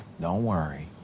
don't worry.